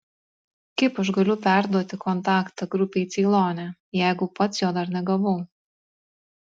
kaip aš galiu perduoti kontaktą grupei ceilone jeigu pats jo dar negavau